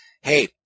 hey